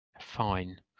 Fine